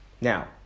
Now